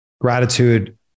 gratitude